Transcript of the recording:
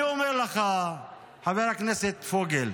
אני אומר לך, חבר הכנסת פוגל,